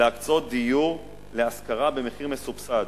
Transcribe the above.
להקצות דיור להשכרה במחיר מסובסד,